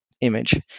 image